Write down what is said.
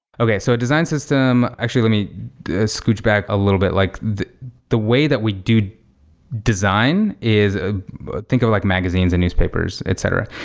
okay. so a design system actually, let me scooch back a little bit like the the way that we do design is think of it like magazines and newspapers, etc.